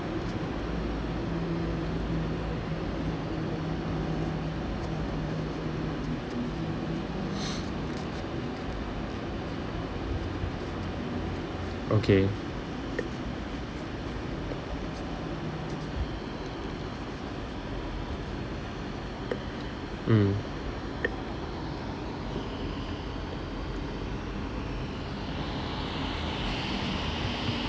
okay mm